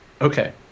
Okay